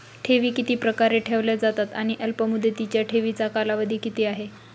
ठेवी किती प्रकारे ठेवल्या जातात आणि अल्पमुदतीच्या ठेवीचा कालावधी किती आहे?